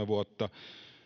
vuotta